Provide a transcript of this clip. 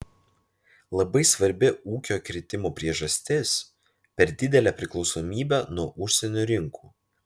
labai svarbi ūkio kritimo priežastis per didelė priklausomybė nuo užsienio rinkų